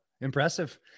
Impressive